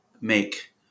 make